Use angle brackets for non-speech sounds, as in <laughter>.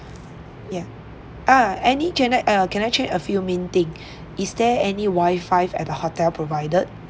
ya ah any uh can I check a few main thing <breath> is there any wifi at the hotel provided